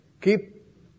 keep